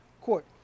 court